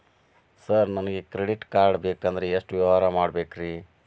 Sir ನನಗೆ credit card ಬೇಕಂದ್ರೆ ಎಷ್ಟು ವ್ಯವಹಾರ ಮಾಡಬೇಕ್ರಿ?